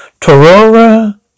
Torora